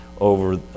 over